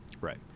Right